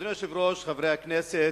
אדוני היושב-ראש, חברי הכנסת,